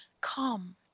come